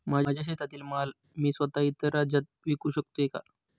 माझ्या शेतातील माल मी स्वत: इतर राज्यात विकू शकते का?